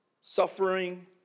Suffering